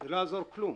זה לא יעזור כלום.